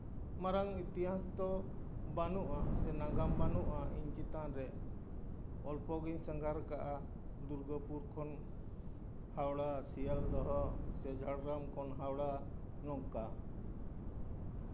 ᱫᱚᱢᱮ ᱢᱟᱨᱟᱝ ᱤᱛᱤᱦᱟᱥ ᱫᱚ ᱵᱟᱹᱱᱩᱜᱼᱟ ᱥᱮ ᱱᱟᱜᱟᱢ ᱵᱟᱹᱱᱩᱜᱼᱟ ᱤᱧ ᱪᱮᱛᱟᱱ ᱨᱮ ᱚᱞᱯᱚ ᱜᱤᱧ ᱥᱟᱸᱜᱷᱟᱨ ᱠᱟᱜᱼᱟ ᱫᱩᱨᱜᱟᱹᱯᱩᱨ ᱠᱷᱚᱱ ᱦᱟᱣᱲᱟ ᱥᱤᱭᱟᱞᱫᱚᱦᱚ ᱥᱮ ᱡᱷᱟᱲᱜᱨᱟᱢ ᱠᱷᱚᱱ ᱦᱟᱣᱲᱟ ᱱᱚᱝᱠᱟ